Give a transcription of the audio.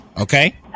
okay